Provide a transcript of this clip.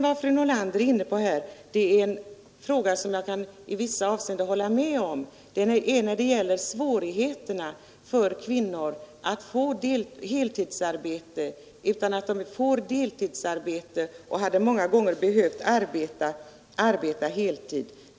Vad fru Nordlander vidare tog upp kan jag i vissa avseenden hålla med om, nämligen svårigheterna för kvinnor att få heltidsarbete. De får deltidsarbete trots att de många gånger i stället hade behövt arbeta på heltid.